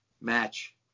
match